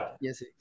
yes